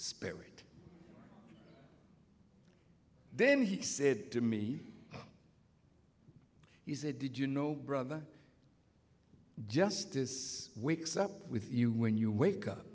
spirit then he said to me he said did you know brother justice wakes up with you when you wake up